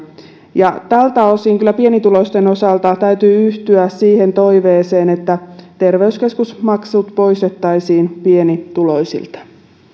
tältä osin kyllä pienituloisten osalta täytyy yhtyä siihen toiveeseen että terveyskeskusmaksut poistettaisiin pienituloisilta